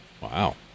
Wow